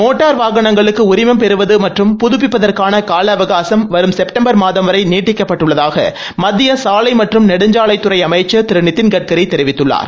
motor வாகனங்களுக்கு உரிமம் பெறுவது மற்றும் புதப்பிப்பதற்கான கால அவகாசம் வரும் சுப்டம்பர் மாதம் வரை நீட்டிக்கப்பட்டுள்ளதாக மத்திய சாலை மற்றும் நெடுஞ்சாலைத்துறை அமைக்ன் திரு நிதின் கட்கரி தெரிவித்குள்ளார்